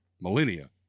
millennia